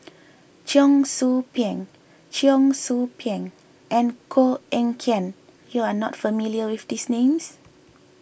Cheong Soo Pieng Cheong Soo Pieng and Koh Eng Kian you are not familiar with these names